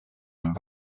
time